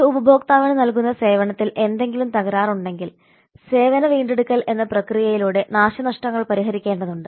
ഒരു ഉപഭോക്താവിന് നൽകുന്ന സേവനത്തിൽ എന്തെങ്കിലും തകരാറുണ്ടെങ്കിൽ സേവന വീണ്ടെടുക്കൽ എന്ന പ്രക്രിയയിലൂടെ നാശനഷ്ടങ്ങൾ പരിഹരിക്കേണ്ടതുണ്ട്